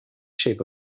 shape